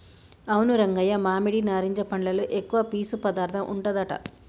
అవును రంగయ్య మామిడి నారింజ పండ్లలో ఎక్కువ పీసు పదార్థం ఉంటదట